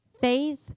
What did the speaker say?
faith